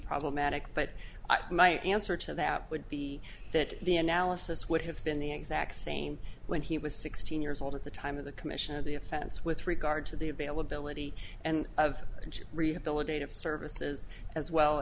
problematic but my answer to that would be that the analysis would have been the exact same when he was sixteen years old at the time of the commission of the offense with regard to the availability and of rehabilitative services as well